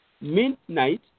midnight